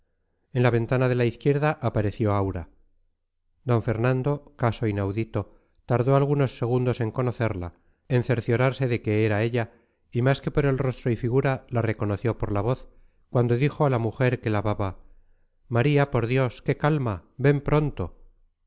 en la ventana de la izquierda apareció aura d fernando caso inaudito tardó algunos segundos en conocerla en cerciorarse de que era ella y más que por el rostro y figura la reconoció por la voz cuando dijo a la mujer que lavaba maría por dios qué calma ven pronto